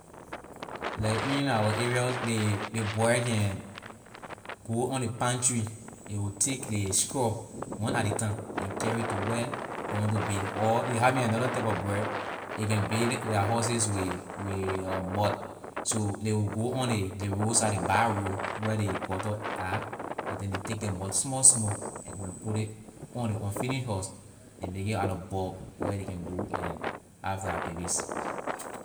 Like in our area ley bird can go on the palm- tree ley will take the straw one at ley time and carry to where they want to build or they having another type of bird a can build their houses with mud so ley will on the road side the bad road where the gutter are and then they take the mud small small and go and put it on the unfinish house and make it out of bud where they can go and have their babies.